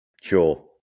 Sure